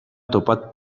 topa